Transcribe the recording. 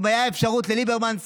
אם הייתה אפשרות לליברמן,